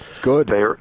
Good